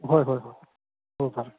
ꯍꯣꯏ ꯍꯣꯏ ꯍꯣꯏ ꯍꯣꯏ ꯐꯔꯦ